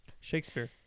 Shakespeare